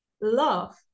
Love